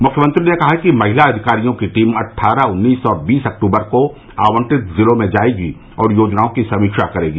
मुख्यमंत्री ने कहा कि महिला अधिकारियों की टीम अट्ठारह उन्नीस और बीस अक्टूबर को आवंटित जिलों में जाएगी और योजनाओं की समीक्षा करेंगी